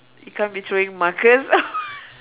you can't be throwing markers